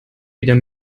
wieder